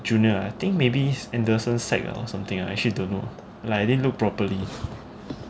junior ah I think maybe anderson secondary or something I actually don't know like I didn't look properly